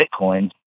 Bitcoin